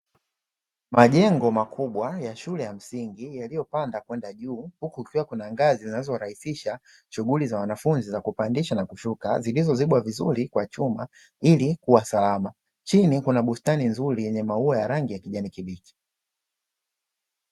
Majengo makubwa ya shule ya msingi yaliyopanda kwenda juu huku kukiwa kuna ngazi zinazorahisisha shughuli za wanafunzi za kupandisha na kushuka zilizozibwa vizuri kwa chuma ili kuwa salama, chini kuna bustani nzuri yenye maua ya rangi ya kijani kibichi.